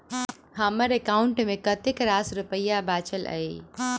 हम्मर एकाउंट मे कतेक रास रुपया बाचल अई?